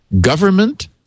government